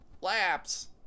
laps